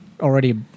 already